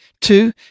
Two